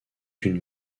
une